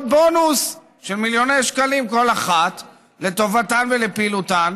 בונוס של מיליוני שקלים כל אחת לטובתן ולפעילותן,